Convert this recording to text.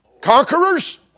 conquerors